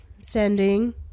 sending